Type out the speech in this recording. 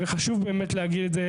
וחשוב באמת להגיד את זה,